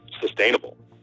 sustainable